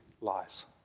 lies